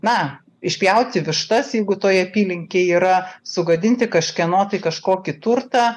na išpjauti vištas jeigu toj apylinkėj yra sugadinti kažkieno tai kažkokį turtą